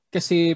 Kasi